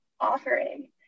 offering